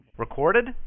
Recorded